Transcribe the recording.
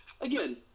again